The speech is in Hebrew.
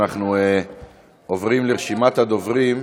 אנחנו עוברים לרשימת הדוברים.